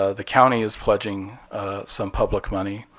ah the county is pledging some public money,